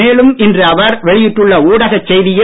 மேலும் இன்று அவர் வெளியிட்டுள்ள ஊடகச் செய்தியில்